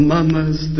Mama's